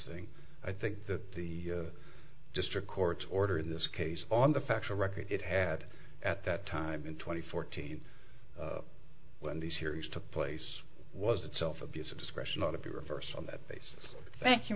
thing i think that the district court's order in this case on the factual record it had at that time in twenty fourteen when these hearings took place was itself abuse of discretion not to be reversed on that basis thank you